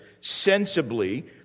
sensibly